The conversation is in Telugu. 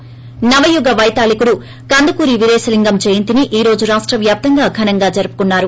ి నవయుగ పైతాళికుడు కందుకూరి వీరేశలింగం జయంతిని ఈ రోజు రాష్ట వ్యాప్తంగా ఘనంగా జరుపుకున్నారు